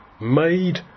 made